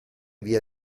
via